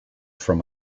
from